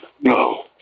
No